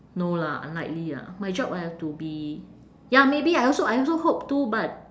no lah unlikely ah my job I have to be ya maybe I also I also hope too but